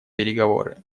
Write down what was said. переговоры